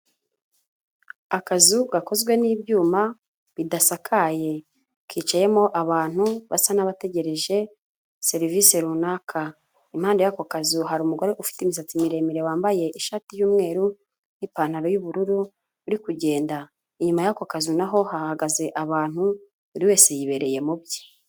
Akazu gakozwe n'ibyuma bidasakaye kicayemo abantu basa n'abategereje serivisi runaka, impande y'ako kazu hari umugore ufite imisatsi miremire wambaye ishati y'umweru n'ipantaro y'ubururu uri kugenda, inyuma y'ako kazu na ho hahagaze abantu buri wese yibereye mu bye.